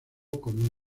con